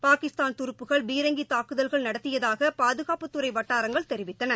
பாகிஸ்தான் துருப்புகள் பீரங்கி தூக்குதல்கள் நடத்தியதாக பாதுகாப்புத்துறை வட்டாரங்கள் தெரிவித்தன